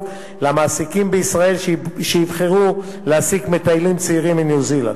למעסיקים בישראל שיבחרו להעסיק מטיילים צעירים מניו-זילנד.